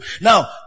Now